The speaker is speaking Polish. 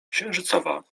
księżycowa